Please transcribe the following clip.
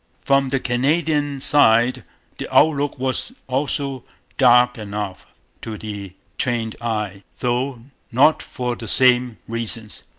from the canadian side the outlook was also dark enough to the trained eye though not for the same reasons.